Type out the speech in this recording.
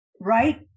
right